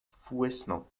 fouesnant